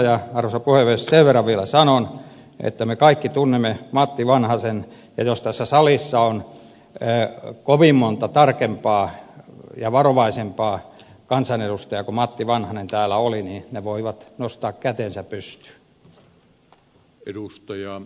sen verran vielä sanon että me kaikki tunnemme matti vanhasen ja jos tässä salissa on kovin monta tarkempaa ja varovaisempaa kansanedustajaa kuin matti vanhanen täällä oli niin he voivat nostaa kätensä pystyyn